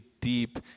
deep